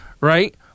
right